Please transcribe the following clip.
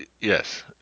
Yes